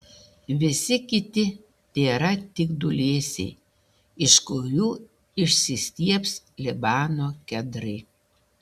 visi kiti tėra tik dūlėsiai iš kurių išsistiebs libano kedrai